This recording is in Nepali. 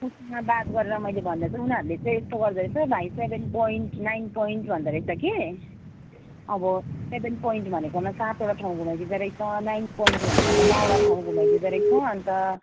ऊसँग बात गरेर मैले भन्दा चाहिँ उनीहरूले चाहिँ यस्तो गर्दोरहेछ भाइ सेभेन पोइन्ट नाइन पोइन्ट भन्दोरहेछ कि अब सेभेन पोइन्ट भनेकोमा सातओटा ठाउँ घुमाइदिँदो रहेछ नाइन पोइन्ट भनेकोमा नौओटा ठाउँ घुमाइदिँदो रहेछ अनि त